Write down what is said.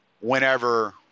whenever